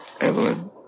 Evelyn